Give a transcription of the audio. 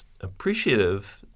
appreciative